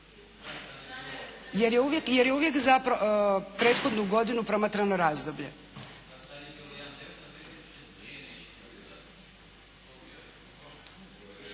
Jer je uvijek za prethodnu godinu promatrano razdoblje.